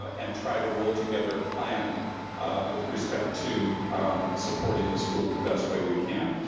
and try to roll together a plan with respect to supporting the school in the best way we can.